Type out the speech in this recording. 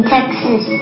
Texas